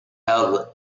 held